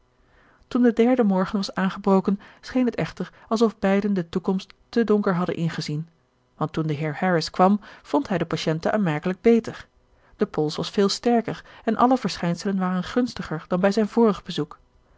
toen de derde morgen was aangebroken scheen het echter alsof beiden de toekomst te donker hadden ingezien want toen de heer harris kwam vond hij de patiënte aanmerkelijk beter de pols was veel sterker en alle verschijnselen waren gunstiger dan bij zijn vorig bezoek